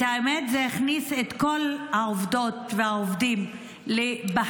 האמת היא שזה הכניס את כל העובדות והעובדים לבהלה.